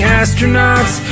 astronauts